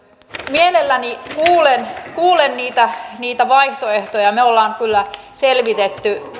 mielelläni kuulen kuulen niitä niitä vaihtoehtoja me olemme kyllä selvittäneet tätä